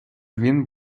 він